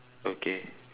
okay